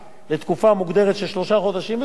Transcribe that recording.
וכל אחד יישאר בדרכו שלו,